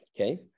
Okay